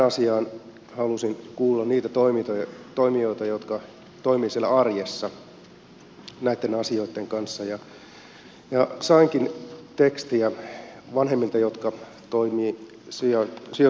tästä asiasta halusin kuulla niitä toimijoita jotka toimivat siellä arjessa näitten asioitten kanssa ja sainkin tekstiä vanhemmilta jotka toimivat sijoitusperheissä